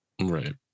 Right